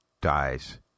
dies